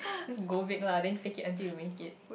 just go make la then take it until you make it